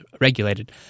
regulated